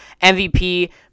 MVP